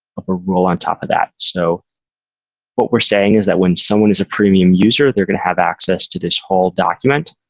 a rule on top of that. so what we're saying is that when someone is a premium user, they're going to have access to this whole document.